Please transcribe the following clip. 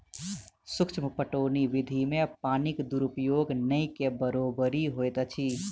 सूक्ष्म पटौनी विधि मे पानिक दुरूपयोग नै के बरोबरि होइत अछि